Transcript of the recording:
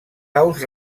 aus